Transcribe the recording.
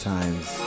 Times